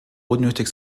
unnötig